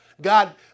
God